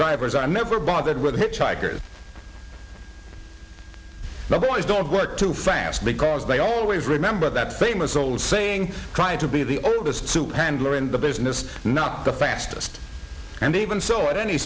drivers i never bothered with hitchhikers the boys don't work too fast because they always remember that amos old saying trying to be the oldest handler in the business not the fastest and even so at any